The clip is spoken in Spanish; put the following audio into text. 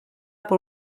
por